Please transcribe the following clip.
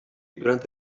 durante